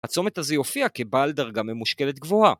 ‫הצומת הזה יופיע כבעל דרגה ממושכלת גבוהה.